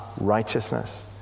righteousness